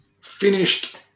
finished